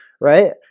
right